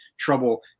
trouble